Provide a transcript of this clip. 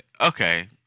okay